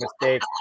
mistake